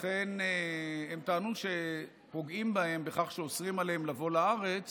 לכן הם טענו שפוגעים בהם בכך שאוסרים עליהם לבוא לארץ